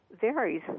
varies